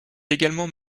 également